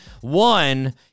One